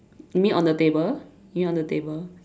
you mean on the table you mean on the table